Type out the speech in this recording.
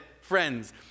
friends